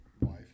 wife